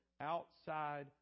outside